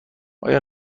آیا